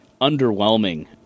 underwhelming